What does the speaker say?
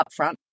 upfront